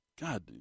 God